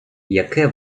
яке